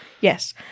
Yes